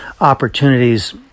opportunities